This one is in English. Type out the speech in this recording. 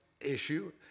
issue